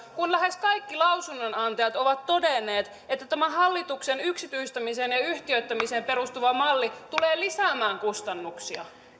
kun lähes kaikki lausunnonantajat ovat todenneet että tämä hallituksen yksityistämiseen ja yhtiöittämiseen perustuva malli tulee lisäämään kustannuksia